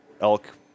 elk